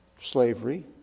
slavery